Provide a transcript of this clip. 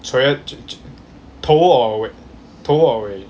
九月头 or 尾头 or 尾